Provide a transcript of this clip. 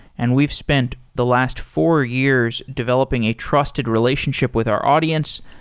and we've spent the last four years developing a trusted relationship with our audience.